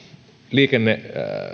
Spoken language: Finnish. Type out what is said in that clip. liikenne